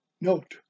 note